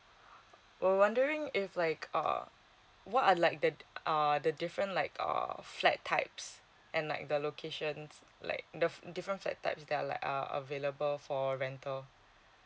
we're wondering if like uh what are like the uh the different like err flat types and like the locations like the different flat types that uh like a available for rental